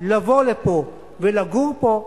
לבוא לפה ולגור פה,